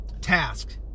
task